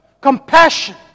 compassion